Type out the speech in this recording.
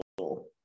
Okay